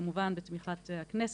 כמובן בתמיכת הכנסת,